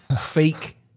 fake